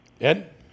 Ed